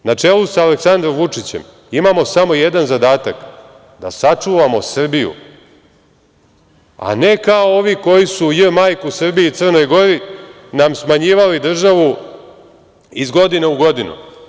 Mi, na čelu sa Aleksandrom Vučićem, imamo samo jedan zadatak da sačuvamo Srbiju, a ne kao ovi koji su j. majku Srbiji, Crnoj Gori nam smanjivali državu iz godine u godinu.